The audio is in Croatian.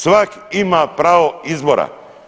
Svak ima pravo izbora.